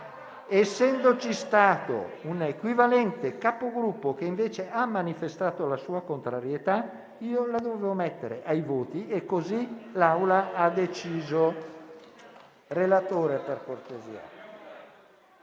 Essendoci stato un equivalente Capogruppo che invece ha manifestato la sua contrarietà, la dovevo mettere ai voti e così l'Assemblea ha deciso. Invito il relatore